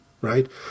right